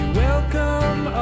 welcome